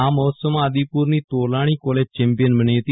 આ મહોત્સવમાં આદિપૂરની તોલાણી કોલેજ ચેમ્પિયન બની હતી